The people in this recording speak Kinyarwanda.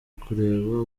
kureba